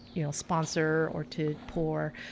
you know, sponsor or to pour.